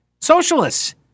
socialists